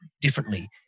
differently